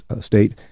state